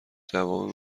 جواب